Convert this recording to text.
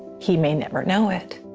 he may never know it.